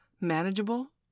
manageable